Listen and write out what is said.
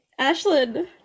ashlyn